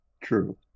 True